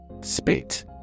Spit